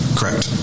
Correct